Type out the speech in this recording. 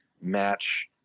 match